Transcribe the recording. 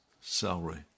salary